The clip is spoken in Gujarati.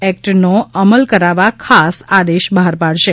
એકટનો અમલ કરાવવા ખાસ આદેશ બહાર પાડશે